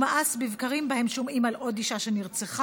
הוא מאס בבקרים שבהם שומעים על עוד אישה שנרצחה,